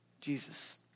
Jesus